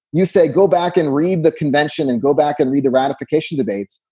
you say go back and read the convention and go back and read the ratification debates.